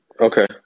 Okay